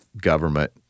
government